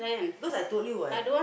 because I told you what